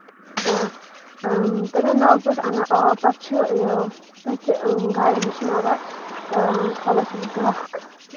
اۭں اۭں تَمے ناگ پٮ۪ٹھ اَنان آب پَتہٕ چھِ یہِ تٔتھۍ گرِ وٕچھناوان کھالان چھِس گرٮ۪کھ